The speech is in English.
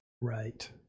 Right